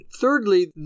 Thirdly